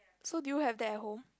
so do you have that at home